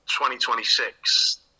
2026